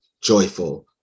joyful